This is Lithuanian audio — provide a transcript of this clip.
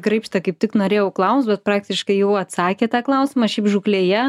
graibštą kaip tik norėjau klaust bet praktiškai jau atsakėt tą klausimą šiaip žūklėje